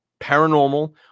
Paranormal